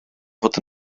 fod